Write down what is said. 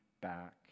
back